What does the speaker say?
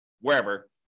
wherever